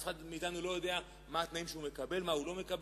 אף אחד מאתנו לא יודע מה התנאים שהוא מקבל ומה הוא לא מקבל.